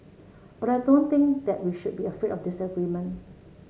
but I don't think that we should be afraid of disagreement